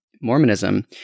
Mormonism